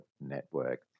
network